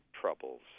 troubles